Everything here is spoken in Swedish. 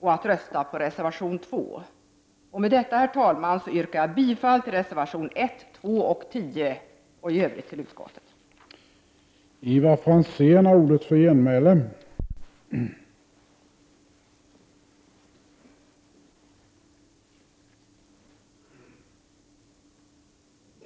och rösta för reservation 2. Med detta yrkar jag bifall till reservationerna 1, 2 och 10 och i övrigt till utskottets hemställan.